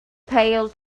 pail